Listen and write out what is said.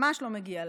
ממש לא מגיע להם.